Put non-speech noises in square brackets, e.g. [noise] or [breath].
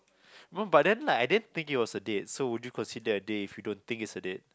[breath] no but then like I didn't think it was a date so would you consider a date if you don't think it's a date